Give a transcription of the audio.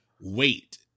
wait